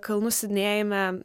kalnų slidinėjime